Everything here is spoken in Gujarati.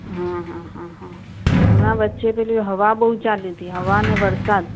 હ હ હ હમણાં વચ્ચે પેલી હવા બહુ ચાલી હતી હવા અને વરસાદ